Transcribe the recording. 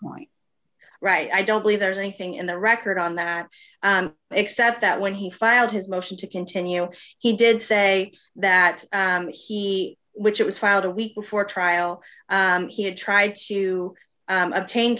point right i don't believe there's anything in the record on that except that when he filed his motion to continue he did say that he which it was filed a week before trial he had tried to obtain